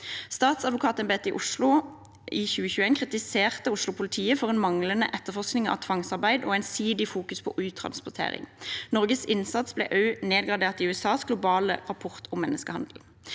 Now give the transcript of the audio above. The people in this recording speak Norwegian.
Statsadvokatembetet i Oslo kritiserte i 2021 Oslo-politiet for manglende etterforskning av tvangsarbeid og ensidig fokus på uttransportering. Norges innsats ble også nedgradert i USAs globale rapport om menneskehandel.